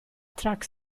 track